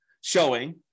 showing